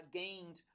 gained